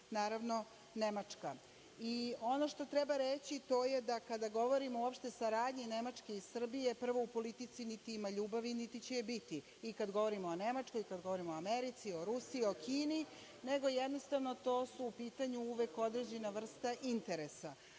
naravno, Nemačka. Ono što treba reći, to je da kada govorimo uopšte o saradnji Nemačke i Srbije, prvo, u politici niti ima ljubavi, niti će je biti, i kada govorimo o Nemačkoj, i kada govorimo o Americi, o Rusiji, o Kini, nego jednostavno tu je u pitanju uvek određena vrsta interesa.